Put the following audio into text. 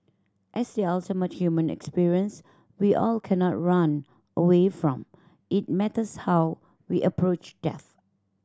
as the ultimate human experience we all cannot run away from it matters how we approach death